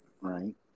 right